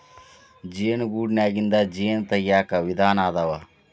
ಜೇನು ಗೂಡನ್ಯಾಗಿಂದ ಜೇನ ತಗಿಯಾಕ ವಿಧಾನಾ ಅದಾವ